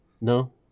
No